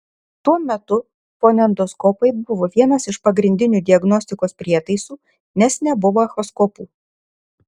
tuo metu fonendoskopai buvo vienas iš pagrindinių diagnostikos prietaisų nes nebuvo echoskopų